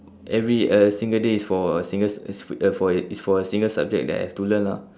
every uh single day is for a single it's it's uh for a it's for a single subject that I have to learn lah